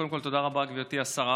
קודם כול, תודה רבה, גברתי השרה.